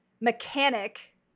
mechanic